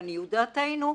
לעניות דעתנו,